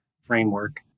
framework